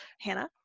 Hannah